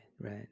right